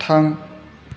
थां